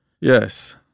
Yes